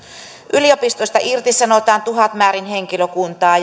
yliopistoista irtisanotaan tuhatmäärin henkilökuntaa